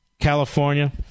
California